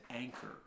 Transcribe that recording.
anchor